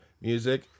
music